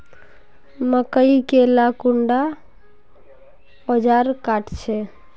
मकई के ला कुंडा ओजार काट छै?